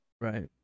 Right